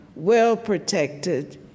well-protected